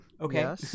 Okay